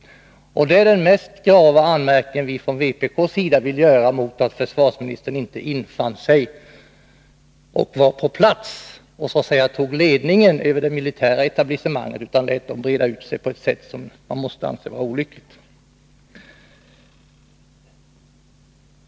Det är den mest grava anmärkning vi från vpk:s sida vill göra mot att försvarsministern inte infann sig, var på plats och så att säga tog ledningen över det militära etablissemanget, utan lät det breda ut sig på ett sätt som man måste anse var olyckligt.